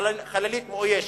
חללית מאוישת.